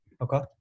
Okay